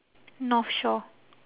north shore